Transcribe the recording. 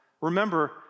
Remember